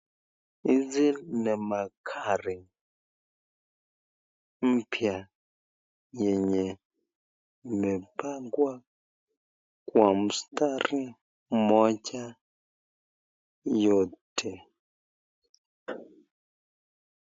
Hizi ni magari mpya yenye imepangwa kwa mstari moja yote.